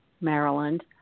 Maryland